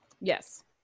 Yes